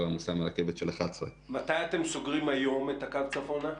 עמוסה מהרכבת של 23:00. מתי אתם סוגרים היום את הקו צפונה?